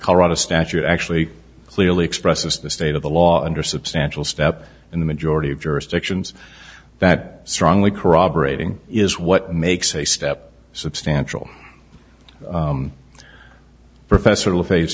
colorado statute actually clearly expresses the state of the law under substantial step in the majority of jurisdictions that strongly corroborating is what makes a step substantial professor